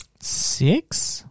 Six